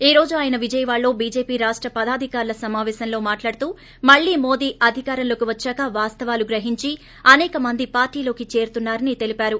ఈ రోజు ఆయన విజయవాడలో బీజేపీ రాష్ట్ర పదాధికారుల సమావేశంలో మాట్లాడుతూ మళ్లీ మోదీ అధికారంలోకి వచ్చాక వాస్తీవాలు గ్రహించి అసేకమంది పార్టీలోకి చేరుతున్నారని తెలిపారు